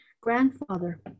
Grandfather